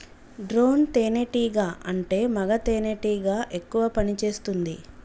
drone తేనే టీగా అంటే మగ తెనెటీగ ఎక్కువ పని చేస్తుంది